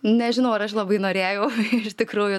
nežinau ar aš labai norėjau iš tikrųjų